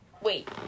Wait